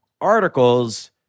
articles